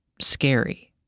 scary